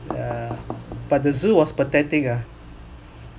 err but the zoo was pathetic lah